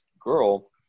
girl